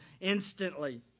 instantly